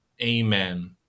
Amen